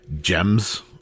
GEMS